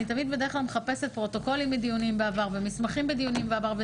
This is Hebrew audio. אני בדרך כלל מחפשת פרוטוקולים מדיונים בעבר ומסמכים מדיונים בעבר.